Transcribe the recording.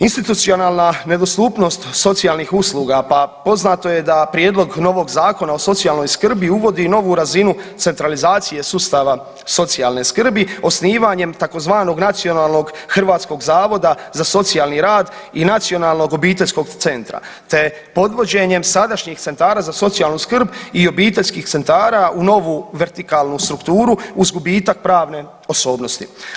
Institucionalna nedostupnost socijalnih usluga, pa poznato je da prijedlog novog Zakona o socijalnoj skrbi uvodi novu razinu centralizacije sustava socijalne skrbi osnivanjem tzv. Nacionalnog hrvatskog zavoda za socijalni rad i Nacionalnog obiteljskog centra, te podvođenjem sadašnjih centara za socijalnu skrb i obiteljskih centara u novu vertikalnu strukturu uz gubitak pravne osobnosti.